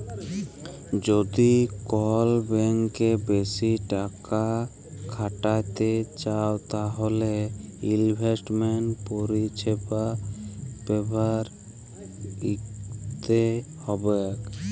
যদি কল ব্যাংকে বেশি টাকা খ্যাটাইতে চাউ তাইলে ইলভেস্টমেল্ট পরিছেবা ব্যাভার ক্যইরতে হ্যবেক